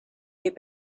get